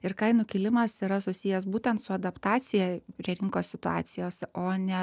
ir kainų kilimas yra susijęs būtent su adaptacija prie rinkos situacijos o ne